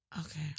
Okay